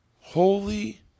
Holy